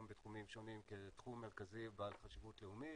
בתחומים שונים כתחום מרכזי בעל חשיבות לאומית.